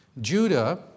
Judah